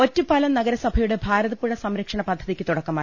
ഒറ്റപ്പാലം നഗരസഭയുടെ ഭാരതപ്പുഴ സംരക്ഷണ പദ്ധതിക്ക് തുട ക്കമായി